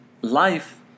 life